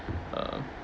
uh